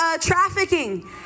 trafficking